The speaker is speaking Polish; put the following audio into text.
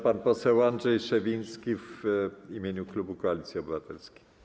Pan poseł Andrzej Szewiński w imieniu klubu Koalicji Obywatelskiej.